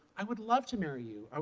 i would love to marry you, ah